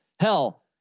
hell